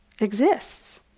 exists